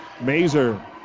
Mazer